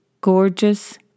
Gorgeous